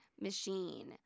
machine